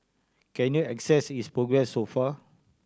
can you assess its progress so far